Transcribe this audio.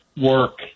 work